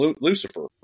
Lucifer